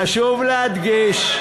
חשוב להדגיש,